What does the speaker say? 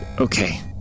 Okay